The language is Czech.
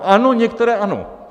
Ano, některé ano.